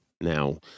Now